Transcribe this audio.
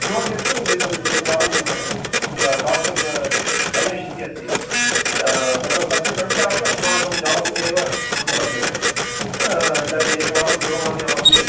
नो चेत् एकम् एकवारं तत्र डाक्टर् रमेशः इत्यस्ति तत्र तस्य सङ्ख्या अपि अस्माकं जालपुटे एव उपलभ्यते इदानीम् एकवारं दूरवाण्या आहूय